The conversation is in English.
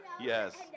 Yes